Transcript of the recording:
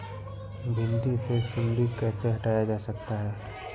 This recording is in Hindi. भिंडी से सुंडी कैसे हटाया जा सकता है?